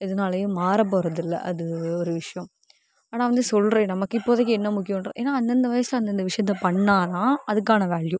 எதனாலயோ மாற போகறது இல்லை அது ஒரு விஷயம் ஆனா வந்து சொல்லுற நமக்கு இப்போதைக்கு என்ன முக்கியம் ஏன்னா அந்த அந்த வயசில் அந்த அந்த விஷயத்தை பண்ணால் தான் அதற்கான வேல்யூ